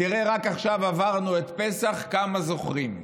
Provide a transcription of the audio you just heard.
תראה, רק עכשיו עברנו את פסח, כמה זוכרים.